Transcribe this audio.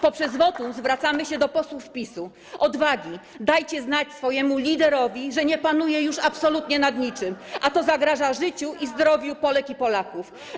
Poprzez wotum zwracamy się do posłów PiS: odwagi, dajcie znać swojemu liderowi, że nie panuje już absolutnie nad niczym, a to zagraża życiu i zdrowiu Polek i Polaków.